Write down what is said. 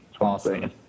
Awesome